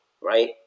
Right